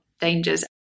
dangers